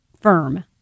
firm